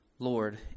Lord